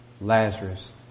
Lazarus